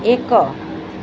ଏକ